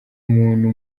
umuntu